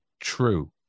true